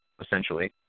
essentially